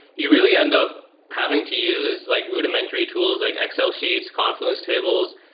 you really end up having to use like rud imentary tools, like excel sheets, confluence tables,